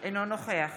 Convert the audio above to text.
אינו נוכח